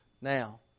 Now